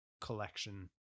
collection